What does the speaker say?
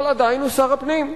אבל עדיין הוא שר הפנים.